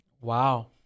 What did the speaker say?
Wow